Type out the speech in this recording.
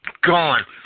Gone